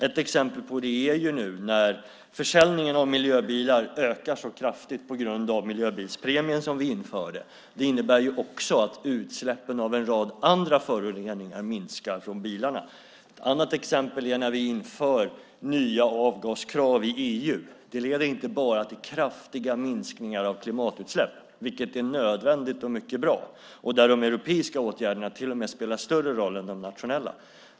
Ett exempel på det är att när försäljningen av miljöbilar nu ökar så kraftigt på grund av miljöbilspremien som vi införde innebär det också att utsläppen av en rad andra föroreningar från bilarna minskar. Ett annat exempel är när vi inför nya avgaskrav i EU. Det leder inte bara till kraftiga minskningar av klimatutsläpp, vilket är nödvändigt och mycket bra, och där de europeiska åtgärderna till och med spelar större roll än de nationella.